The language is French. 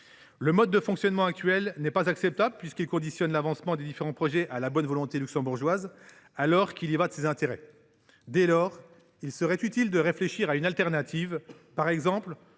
Le mode de fonctionnement actuel n’est pas acceptable, puisqu’il conditionne l’avancement des différents projets à la bonne volonté du Luxembourg, alors qu’il y va de ses intérêts. Dès lors, il serait utile de réfléchir à une alternative, par exemple